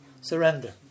Surrender